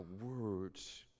words